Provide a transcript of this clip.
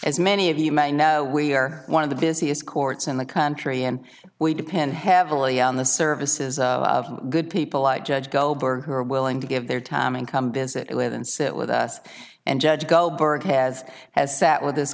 as many of you may know we are one of the busiest courts in the country and we depend heavily on the services of good people like judge goldberg who are willing to give their time and come visit with and sit with us and judge goldberg has has sat with this